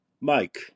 Mike